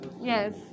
Yes